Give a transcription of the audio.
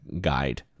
guide